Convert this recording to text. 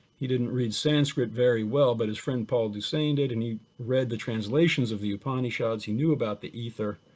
he didn't read sanskrit by well but his friend paul deussen did and he read the translations of the upanishads, he knew about the ether,